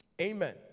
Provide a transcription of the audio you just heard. Amen